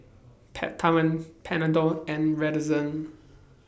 Peptamen Panadol and Redoxon